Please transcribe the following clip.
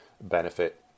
benefit